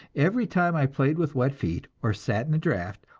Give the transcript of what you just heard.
every time i played with wet feet, or sat in a draft,